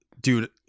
Dude